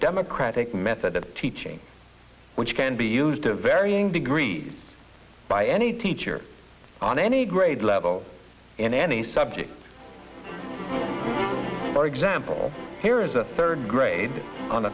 democratic method that teaching which can be used to varying degrees by any teacher on any grade level in any subject for example here is a third grade on